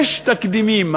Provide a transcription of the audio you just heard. יש תקדימים.